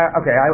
okay